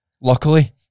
Luckily